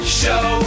show